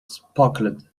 sparkled